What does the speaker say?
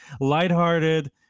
lighthearted